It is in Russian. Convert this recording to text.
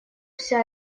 вся